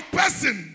person